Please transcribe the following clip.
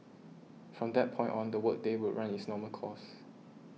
from that point on the work day would run its normal course